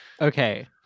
Okay